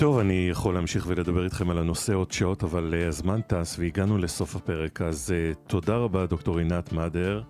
טוב אני יכול להמשיך ולדבר איתכם על הנושא עוד שעות, אבל הזמן טס והגענו לסוף הפרק. אז תודה רבה דוקטור עינת מאדר